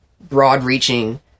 broad-reaching